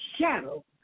shadow